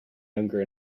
younger